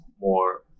more